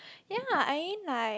ya I mean like